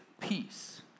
peace